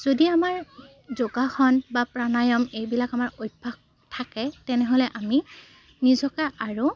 যদি আমাৰ যোগাসন বা প্ৰাণায়াম এইবিলাক আমাৰ অভ্যাস থাকে তেনেহ'লে আমি নিজকে আৰু